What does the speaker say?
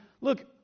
Look